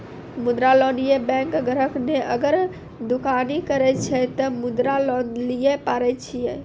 मुद्रा लोन ये बैंक ग्राहक ने अगर दुकानी करे छै ते मुद्रा लोन लिए पारे छेयै?